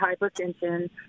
hypertension